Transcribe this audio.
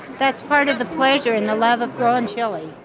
that's part of the pleasure and the love of growing chili.